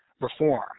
reform